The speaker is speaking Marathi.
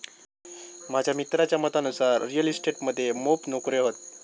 माझ्या मित्राच्या मतानुसार रिअल इस्टेट मध्ये मोप नोकर्यो हत